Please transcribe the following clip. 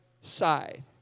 side